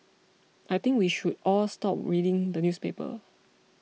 I think we should all stop reading the newspaper